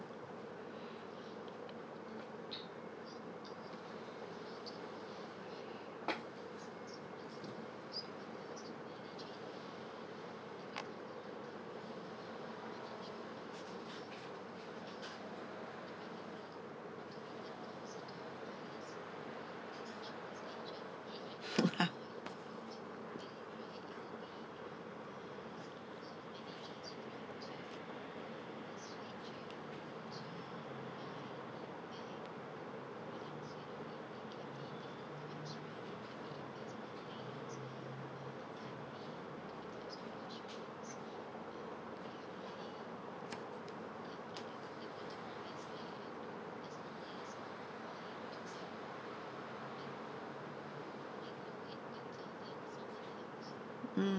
mm